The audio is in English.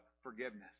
forgiveness